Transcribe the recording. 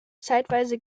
zeitweise